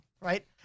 right